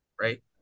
right